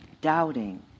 doubting